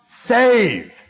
save